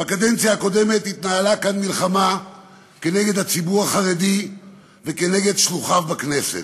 בקדנציה הקודמת התנהלה כאן מלחמה נגד הציבור החרדי ונגד שלוחיו בכנסת.